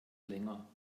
länger